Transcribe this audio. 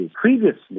Previously